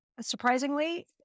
surprisingly